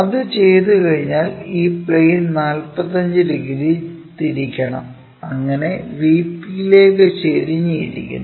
അത് ചെയ്തുകഴിഞ്ഞാൽ ഈ പ്ലെയിൻ 45 ഡിഗ്രി തിരിക്കണം അങ്ങനെ VP യിലേക്ക് ചെരിഞ്ഞ് ഇരിക്കുന്നു